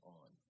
on